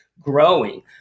growing